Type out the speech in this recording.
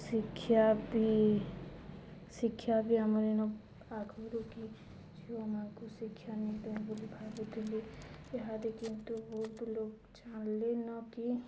ଶିକ୍ଷା ବି ଶିକ୍ଷା ବି ଆମ ଏନୁ ଆଗରୁ କି ଝିଅମାନଙ୍କୁ ଶିକ୍ଷା ନଦେଲେ ବୋଲି ଭାବୁଥିଲି ଏହାଦେ କିନ୍ତୁ ଲୋକ ଚାଲେନ କି